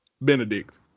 Benedict